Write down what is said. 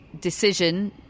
decision